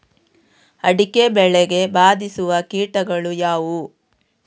ಅಡಿಕೆ ಬೆಳೆಗೆ ಬಾಧಿಸುವ ಕೀಟಗಳು ಯಾವುವು?